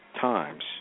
times